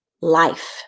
life